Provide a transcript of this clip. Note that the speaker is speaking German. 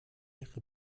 ihre